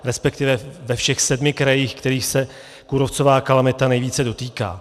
Respektive ve všech sedmi krajích, kterých se kůrovcová kalamita nejvíce dotýká.